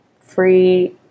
free